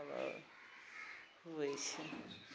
तब हुवै छै